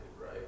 right